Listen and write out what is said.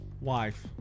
Wife